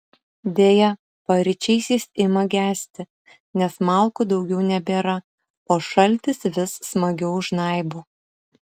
deja paryčiais jis ima gesti nes malkų daugiau nebėra o šaltis vis smagiau žnaibo